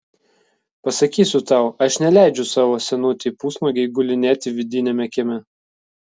pasakysiu tau aš neleidžiu savo senutei pusnuogei gulinėti vidiniame kieme